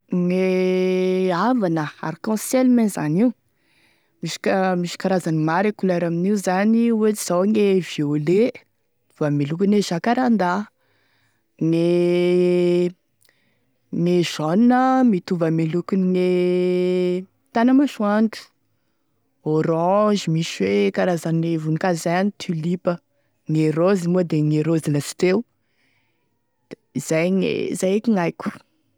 Gne havana, arc-en-ciel mein zany io, misy ka misy karazany maro e couleur amin'io zany, ohatry zao gne violet mitovy ame lokone jacaranda, gne gne jaune mitovy ame lokogne tanamasoandro, orange misy hoe karazany e voninkazo zay agny tulipa, gne rose moa da gne rose lasteo, da izay gne, izay eky gn'aiko.